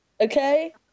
okay